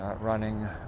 running